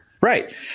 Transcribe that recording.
Right